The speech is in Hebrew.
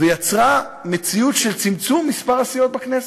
ויצרה מציאות של צמצום מספר הסיעות בכנסת,